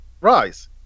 rise